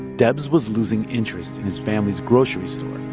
debs was losing interest in his family's grocery store.